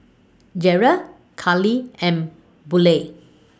Jerrica Kalie and Buelah